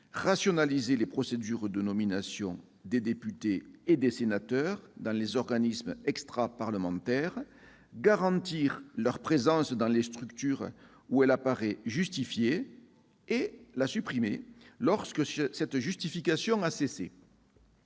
rationaliser les procédures de nomination des députés et des sénateurs au sein des organismes extraparlementaires, garantir leur présence dans les structures où elle paraît justifiée et la supprimer lorsque cette justification a cessé.